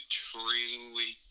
truly